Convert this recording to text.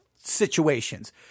situations